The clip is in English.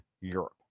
Europe